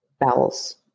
bowels